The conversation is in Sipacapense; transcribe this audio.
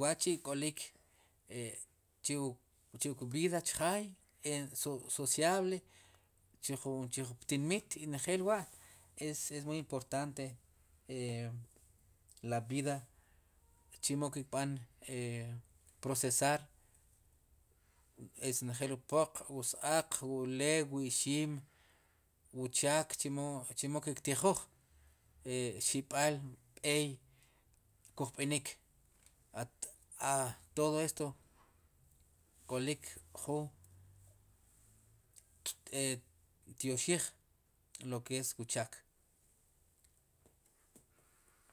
wa'chi' k'olik e chew chewu kb'iid chajaay en su sociable chij chiju ptinmit njel wa' es es muy importante e la vida chemo ki kb'an e procesar es njel wu poq s-aaq wu ulew wu ixim wu chaak chemo ki'ktijuuj e xib'al b'eey kuj b'inik a taq todo esto k'olik ju e tyoxij loke es wu chaak.